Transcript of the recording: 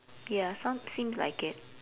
ya soun~ seems like it